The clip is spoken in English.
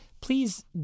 Please